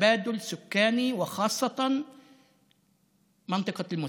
עצמאית בעלת מנהיגות.